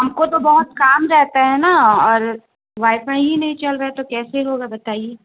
ہم کو تو بہت کام رہتا ہے نا اور وائی فائی ہی نہیں چل رہا ہے تو کیسے ہوگا بتائیے